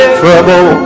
trouble